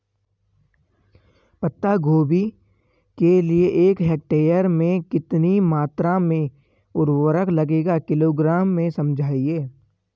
पत्ता गोभी के लिए एक हेक्टेयर में कितनी मात्रा में उर्वरक लगेगा किलोग्राम में समझाइए?